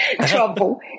trouble